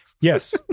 Yes